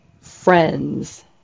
friends